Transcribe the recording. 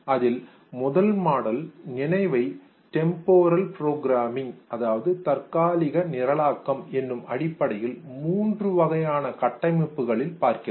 அதில் முதல் மாடல் நினைவை டெம்போரல் புரோகிராமிங் தற்காலிக நிரலாக்கம் என்ற அடிப்படையில் மூன்று வகையான கட்டமைப்புகளில் பார்க்கிறது